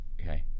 Okay